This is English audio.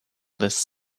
this